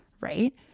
right